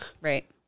Right